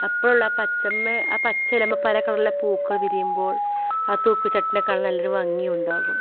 അപ്പോഴുള്ള പച്ഛമേൽ പച്ച ഇലയിൻമേൽ ആ പല കളറുള്ള പൂക്കൾ വിരിയുമ്പോൾ ആ തൂക്ക് ചട്ടീനെ കാണാൻ നല്ലൊരു ഭംഗി ഉണ്ടാകും